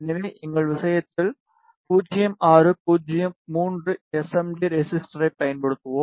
எனவே எங்கள் விஷயத்தில் 0603 எஸ்எம்டி ரெசிஸ்டரைப் பயன்படுத்துவோம்